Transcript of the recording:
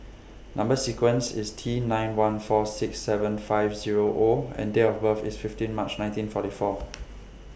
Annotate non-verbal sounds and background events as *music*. Number sequence IS T nine one four six seven five Zero O and Date of birth IS fifteen March nineteen forty four *noise*